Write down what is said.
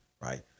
right